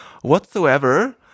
whatsoever